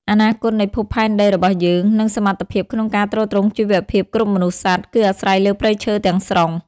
អនាគតនៃភពផែនដីរបស់យើង និងសមត្ថភាពក្នុងការទ្រទ្រង់ជីវិតគ្រប់មនុស្សសត្វ គឺអាស្រ័យលើព្រៃឈើទាំងស្រុង។